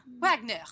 Wagner